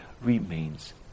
remains